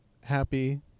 happy